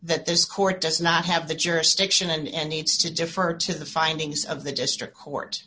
that this court does not have the jurisdiction and it's to defer to the findings of the district court